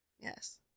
Yes